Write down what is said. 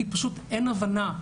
כי פשוט אין הבנה.